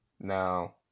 No